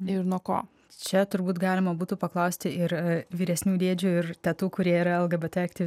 ir nuo ko čia turbūt galima būtų paklausti ir vyresnių dėdžių ir tetų kurie yra lgbt aktyvi